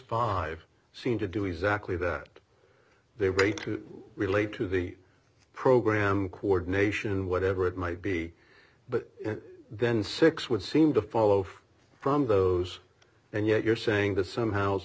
five seem to do exactly that they way to relate to the program coordination whatever it might be but then six would seem to follow from those and yet you're saying that some ho